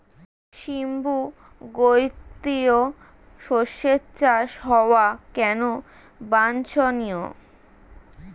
সিম্বু গোত্রীয় শস্যের চাষ হওয়া কেন বাঞ্ছনীয়?